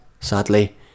sadly